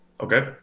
Okay